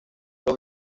los